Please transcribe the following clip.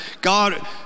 God